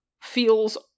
feels